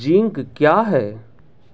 Zinc क्या हैं?